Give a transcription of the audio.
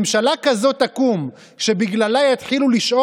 לא יכולים להגיע לרמה כזאת של רמיסת זכויות כמו שהם מתנהגים אלינו.